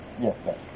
Yes